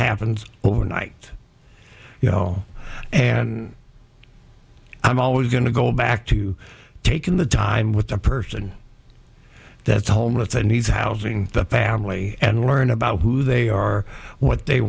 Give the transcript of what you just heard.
happens overnight you know and i'm always going to go back to take in the time with a person that's homeless and he's housing the family and learn about who they are what they